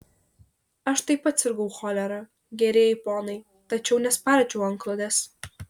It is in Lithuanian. aš taip pat sirgau cholera gerieji ponai tačiau nespardžiau antklodės